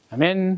Amen